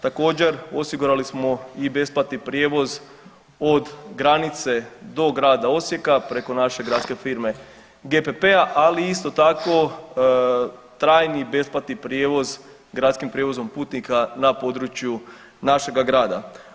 Također osigurali smo i besplatni prijevoz od granice do grada Osijeka preko naše gradske firme GPP-a, ali isto tako trajni besplatni prijevoz gradskim prijevozom putnika na području našega grada.